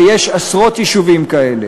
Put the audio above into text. ויש עשרות יישובים כאלה.